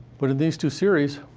but in these two series,